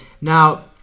Now